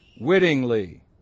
wittingly